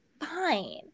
fine